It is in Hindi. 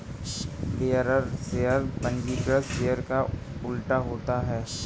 बेयरर शेयर पंजीकृत शेयर का उल्टा होता है